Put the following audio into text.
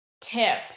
tip